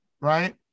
right